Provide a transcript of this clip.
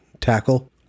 tackle